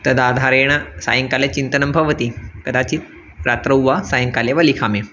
तद् आधारेण सायङ्काले चिन्तनं भवति कदाचित् रात्रौ वा सायङ्काले वा लिखामि